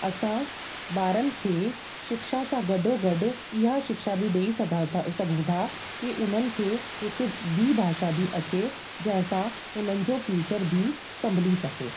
असां ॿारनि खे शिक्षा सां गॾो गॾ इहा शिक्षा बि ॾई सघां सघूं था की उन्हनि खे हिक ॿी भाषा बि अचे जंहिंसा हुननि जो फ्यूचर बि सम्भली सघे